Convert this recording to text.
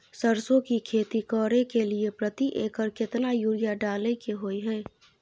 सरसो की खेती करे के लिये प्रति एकर केतना यूरिया डालय के होय हय?